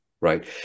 right